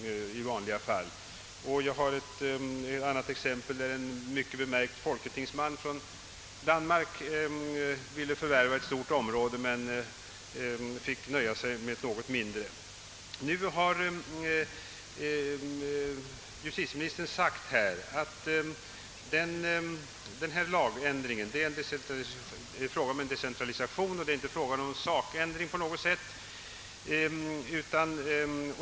Jag har ett annat exempel. Det var en mycket bemärkt folketingsman från Danmark som önskade förvärva ett stort område men som fick nöja sig med ett något mindre. Nu har justitieministern sagt att denna lagändring är en fråga om decentralisation och inte om ändring i sak på något sätt.